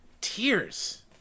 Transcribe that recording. tears